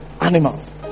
animals